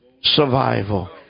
survival